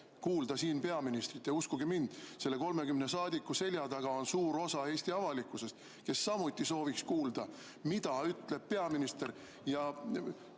kuulata siin peaministrit. Uskuge mind, nende 30 saadiku selja taga on suur osa Eesti avalikkusest, kes samuti sooviks kuulda, mida ütleb peaminister.